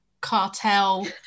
cartel